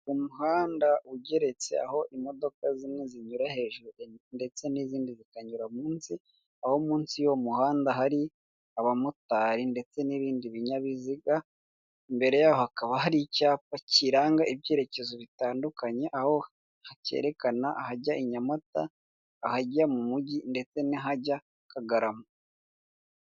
Umuhanda ugeretse aho imodoka zimwe zinyura hejuru ndetse n'izindi zikanyura munsi aho munsi y'uwo muhanda hari abamotari ndetse n'ibindi binyabiziga imbere yaho hakaba hari icyapa kiranga ibyerekezo bitandukanye aho hakererekana ahajya i Nyamata ahajya mu mujyi ndetse ntihajya Kagarama.